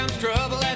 Trouble